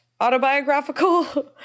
autobiographical